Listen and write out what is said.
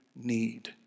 need